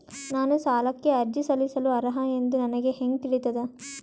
ನಾನು ಸಾಲಕ್ಕೆ ಅರ್ಜಿ ಸಲ್ಲಿಸಲು ಅರ್ಹ ಎಂದು ನನಗೆ ಹೆಂಗ್ ತಿಳಿತದ?